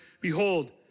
Behold